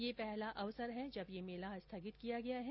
यह पहला अवसर है जब यह मेला स्थगित किया गया है